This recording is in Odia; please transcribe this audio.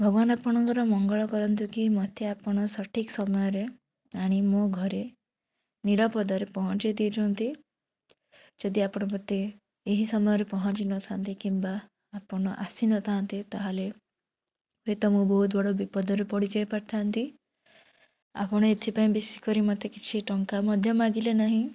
ଭଗବାନ ଆପଣଙ୍କର ମଙ୍ଗଳ କରନ୍ତୁ କି ମୋତେ ଆପଣ ସଠିକ୍ ସମୟରେ ଆଣି ମୋ ଘରେ ନିରାପଦରେ ପହଞ୍ଚେଇ ଦେଇଛନ୍ତି ଯଦି ଆପଣ ମୋତେ ଏହି ସମୟରେ ପହଞ୍ଚେଇ ନଥାନ୍ତେ କିମ୍ବା ଆପଣ ଆସିନଥାନ୍ତେ ତାହେଲେ ହୁଏ ତ ମୁଁ ବହୁତ ବଡ଼ ବିପଦରେ ପଡ଼ିଯାଇ ପାରିଥାନ୍ତି ଆପଣ ଏଥିପାଇଁ ବେଶୀ କରି ମୋତେ କିଛି ଟଙ୍କା ମଧ୍ୟ ମାଗିଲେ ନାହିଁ